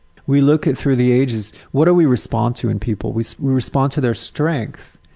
we look through the ages what do we respond to in people? we respond to their strength,